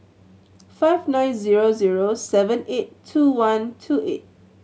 five nine zero zero seven eight two one two eight